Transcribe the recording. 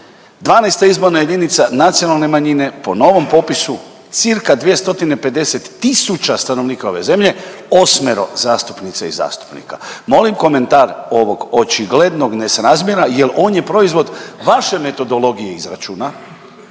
12. izborna jedinica nacionalne manjine po novom popisu cirka 250000 stanovnika ove zemlje osmero zastupnica i zastupnika. Molim komentar ovog očiglednog nesrazmjera, jer on je proizvod vaše metodologije izračuna.